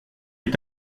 est